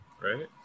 right